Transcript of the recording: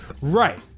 Right